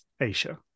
Asia